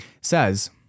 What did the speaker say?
says